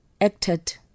acted